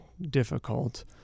difficult